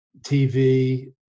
TV